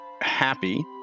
happy